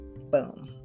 Boom